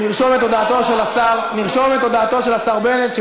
נרשום את הודעתו של השר בנט,